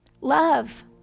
Love